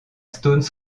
stones